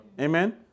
Amen